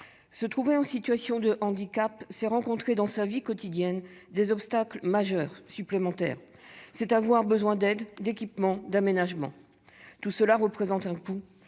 se trouver en situation de handicap, c'est se heurter au quotidien à des obstacles majeurs supplémentaires ; c'est avoir besoin d'aide, d'équipements et d'aménagements. Tout cela représente un coût